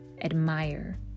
admire